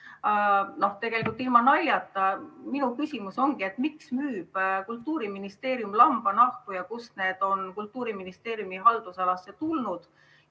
minu küsimus ongi, miks müüb Kultuuriministeerium lambanahku ja kust need on Kultuuriministeeriumi haldusalasse tulnud.